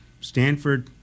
Stanford